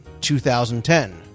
2010